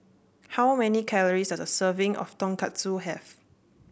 how many calories does serving of Tonkatsu have